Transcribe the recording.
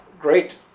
great